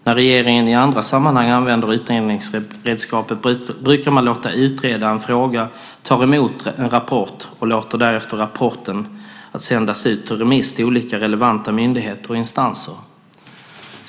När regeringen i andra sammanhang använder utredningsredskapet brukar man låta utreda en fråga, ta emot en rapport och därefter låta rapporten sändas ut på remiss till olika relevanta myndigheter och instanser.